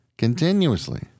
Continuously